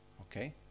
Okay